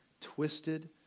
twisted